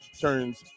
turns